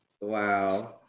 Wow